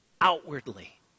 outwardly